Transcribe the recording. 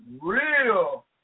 real